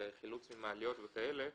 מקרים של חילוץ ממעליות וכן הלאה,